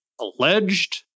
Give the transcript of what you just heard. alleged